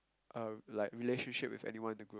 uh like relationship with anyone in the group